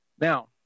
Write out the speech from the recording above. Now